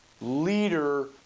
leader